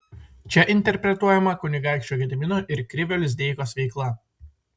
čia interpretuojama kunigaikščio gedimino ir krivio lizdeikos veikla